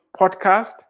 Podcast